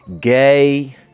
gay